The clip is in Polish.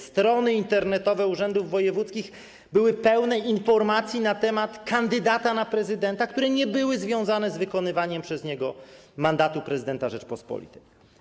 Strony internetowe urzędów wojewódzkich były pełne informacji na temat kandydata na prezydenta, które nie były związane z wykonywaniem przez niego mandatu prezydenta Rzeczypospolitej.